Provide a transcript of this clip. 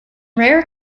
rare